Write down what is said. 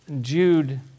Jude